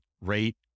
rate